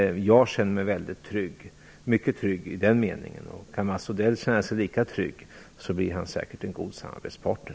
Jag känner mig i den meningen mycket trygg. Om Mats Odell känner sig lika trygg blir han säkert en god samarbetspartner.